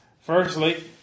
Firstly